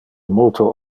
multo